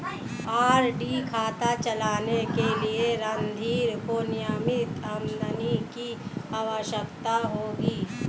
RD खाता चलाने के लिए रणधीर को नियमित आमदनी की आवश्यकता होगी